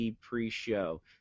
pre-show